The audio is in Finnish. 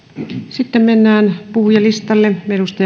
sitten mennään puhujalistalle